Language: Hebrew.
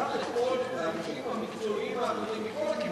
קח את כל האנשים המקצועיים האחרים מכל הכיוונים: